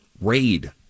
Raid